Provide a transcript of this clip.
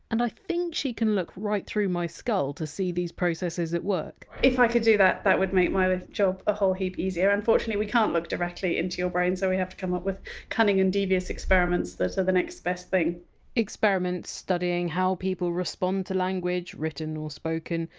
and i think she can look right through my skull to see those processes at work if i could do that, that would make my job a whole heap easier. unfortunately we can't look directly into your brain, so we have to come up with cunning and devious experiments that are the next best thing experiments studying how people respond to language, written or spoken,